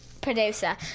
producer